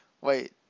Wait